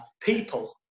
People